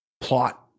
plot